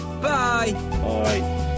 Bye